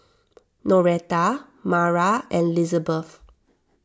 Noreta Mara and Lizabeth